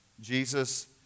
Jesus